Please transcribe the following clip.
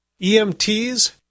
EMTs